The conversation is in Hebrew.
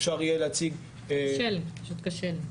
אפשר יהיה להציג --- קצת קשה לי,